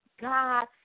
God